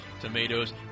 tomatoes